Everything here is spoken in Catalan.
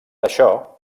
això